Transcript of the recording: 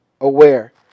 aware